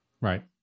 right